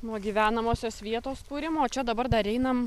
nuo gyvenamosios vietos kūrimo čia dabar dar einam